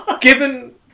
Given